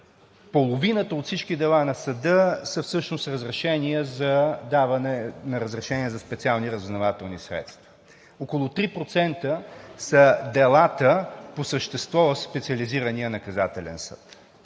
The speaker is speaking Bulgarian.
половината от всички дела на Съда са всъщност даване на разрешения за специални разузнавателни средства. Около 3% са делата по същество в Специализирания наказателен съд.